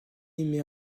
met